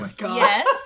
yes